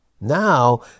Now